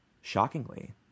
Shockingly